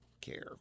care